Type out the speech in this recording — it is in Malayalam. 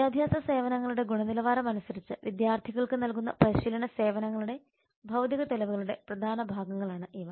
വിദ്യാഭ്യാസ സേവനങ്ങളുടെ ഗുണനിലവാരം അനുസരിച്ച് വിദ്യാർത്ഥികൾക്ക് നൽകുന്ന പരിശീലന സേവനങ്ങളുടെ ഭൌതിക തെളിവുകളുടെ പ്രധാന ഭാഗങ്ങളാണ് ഇവ